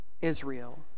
Israel